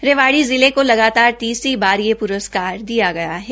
रेवाड़ी जिला को लगातार तीसरी बार यह प्रस्कार दिया गया है